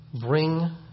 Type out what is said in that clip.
bring